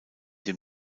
dem